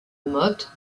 motte